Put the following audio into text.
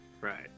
Right